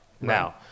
Now